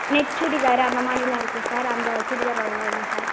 net chudidar அந்தமாரிலாம் இருக்கும் sir அந்த சுடிதார் வகை எல்லாம் வேணும் சார்